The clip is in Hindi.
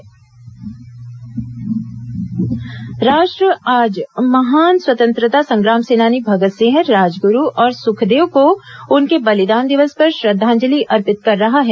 बलिदान दिवस श्रद्धांजलि राष्ट्र आज महान स्वतंत्रता संग्राम सेनानी भगत सिंह राजगुरू और सुखदेव को उनके बलिदान दिवस पर श्रद्वांजलि अर्पित कर रहा है